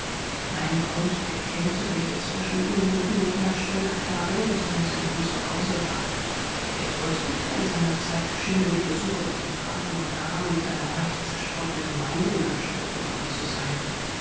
ein grund der kälte welche zwischen ihm und mir herrschte lag darin daß er nur selten zu hause war der größte teil seiner zeit schien durch besuche bei den kranken und armen seiner weit zerstreuten gemeinde in anspruch genommen zu sein